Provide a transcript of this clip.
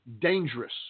dangerous